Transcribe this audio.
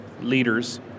leaders